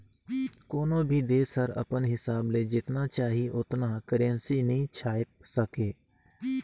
कोनो भी देस हर अपन हिसाब ले जेतना चाही ओतना करेंसी नी छाएप सके